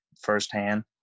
firsthand